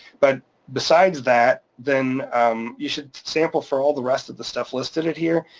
but besides that, then you should sample for all the rest of the stuff listed at here,